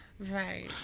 Right